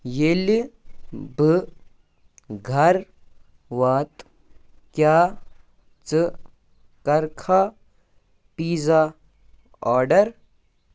ییٚلہِ بہٕ گَرٕ واتہٕ کیٛاہ ژٕ کَرٕکھا پیٖزا آڈَر